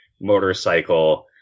Motorcycle